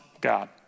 God